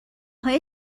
های